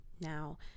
now